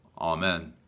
Amen